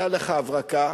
היתה לך הברקה.